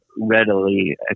readily